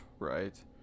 Right